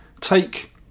Take